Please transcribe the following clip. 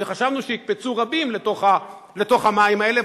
חשבנו שיקפצו רבים לתוך המים האלה,